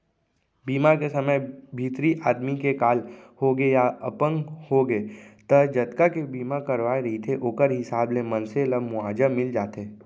बीमा के समे भितरी आदमी के काल होगे या अपंग होगे त जतका के बीमा करवाए रहिथे ओखर हिसाब ले मनसे ल मुवाजा मिल जाथे